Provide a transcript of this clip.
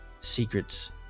secrets